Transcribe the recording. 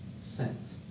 sent